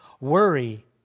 Worry